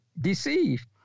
deceived